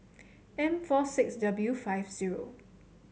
M four six W five zero